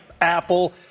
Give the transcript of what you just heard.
Apple